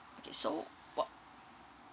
okay so wha~